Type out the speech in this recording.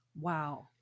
Wow